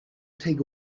take